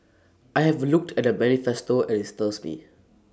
I have looked at the manifesto and IT stirs me